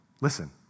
listen